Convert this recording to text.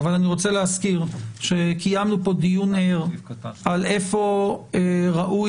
אבל אני רוצה להזכיר שקיימנו דיון איפה ראוי